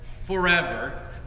forever